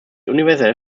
universell